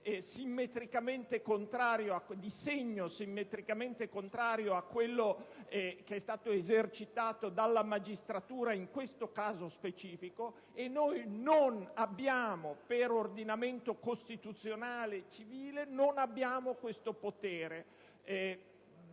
disporre in senso contrario a quello che è stato disposto dalla magistratura in questo caso specifico. Ma noi non abbiamo, per ordinamento costituzionale e civile, questo potere.